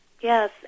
Yes